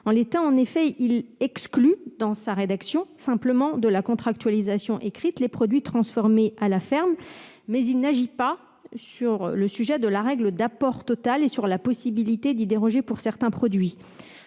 En l'état, il exclut simplement de la contractualisation écrite les produits transformés à la ferme, mais il n'agit pas sur la règle d'apport total et sur la possibilité d'y déroger pour certains produits.